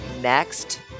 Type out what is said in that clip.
next